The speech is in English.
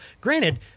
granted